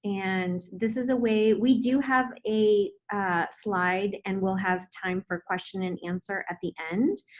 and this is a way we do have a slide, and we'll have time for question and answer at the end,